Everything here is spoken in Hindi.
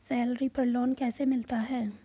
सैलरी पर लोन कैसे मिलता है?